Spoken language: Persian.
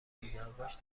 بیدارباش